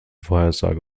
vorhersage